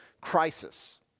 crisis